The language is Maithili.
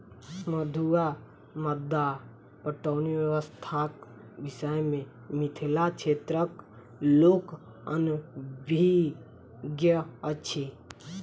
मद्दु वा मद्दा पटौनी व्यवस्थाक विषय मे मिथिला क्षेत्रक लोक अनभिज्ञ अछि